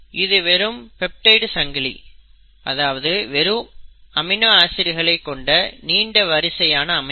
இது வெறும் பாலிபெப்டைடு சங்கிலி அதாவது வெறும் அமினோ ஆசிட்களை கொண்ட நீண்ட வரிசையான அமைப்பு